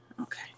Okay